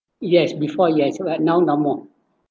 yes before yes now no more